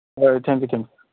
ꯍꯣꯏ thank you thank you